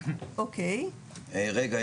רגע,